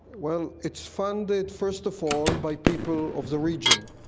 well, it's funded first of all by people of the region.